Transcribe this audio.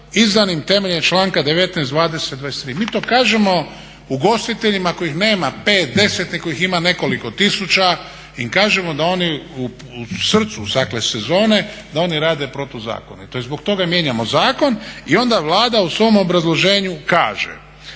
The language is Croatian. izdanim temeljem članka 19., 20., 23. Mi to kažem ugostiteljima kojih nema 5, 10, nego ih ima nekoliko tisuća, im kažemo da oni u srcu dakle sezone da oni rade protuzakonito. I zbog toga mijenjamo zakon i onda Vlada u svom obrazloženju kaže,